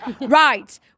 right